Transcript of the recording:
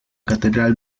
catedral